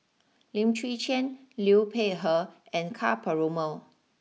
Lim Chwee Chian Liu Peihe and Ka Perumal